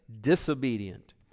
disobedient